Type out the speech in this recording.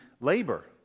labor